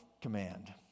command